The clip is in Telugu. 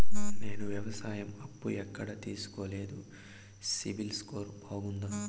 నేను వ్యవసాయం అప్పు ఎక్కడ తీసుకోలేదు, సిబిల్ స్కోరు బాగుందా?